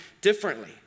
differently